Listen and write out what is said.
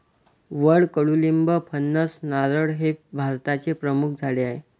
वड, कडुलिंब, फणस, नारळ हे भारताचे प्रमुख झाडे आहे